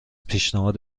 پیشنهاد